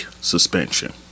suspension